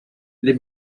les